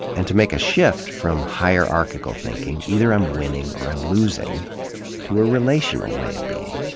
and to make a shift from hierarchical thinking either i'm winning or i'm losing to a relational way of being.